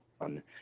on